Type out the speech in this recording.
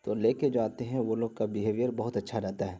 تو لے کے جو آتے ہیں وہ لوگ کا بہیویئر بہت اچھا رہتا ہے